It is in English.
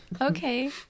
Okay